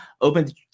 open